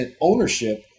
ownership